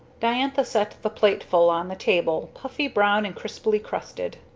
diantha set the plateful on the table, puffy, brown, and crisply crusted.